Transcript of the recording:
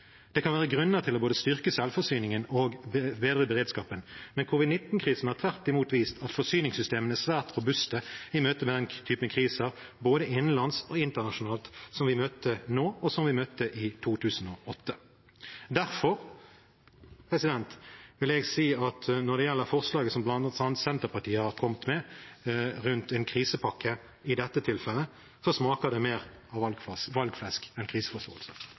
Det kan være grunner til å både styrke selvforsyningen og bedre beredskapen, men covid-19-krisen har tvert imot vist at forsyningssystemene er svært robuste i møte med den type kriser, både innenlands og internasjonalt, som vi møtte nå og som vi møtte i 2008. Derfor vil jeg si at når det gjelder forslaget som bl.a. Senterpartiet har kommet med rundt en krisepakke, i dette tilfellet smaker mer av valgflesk enn kriseforståelse.